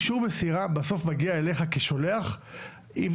אישור מסירה בסוף מגיע אליך כשולח עם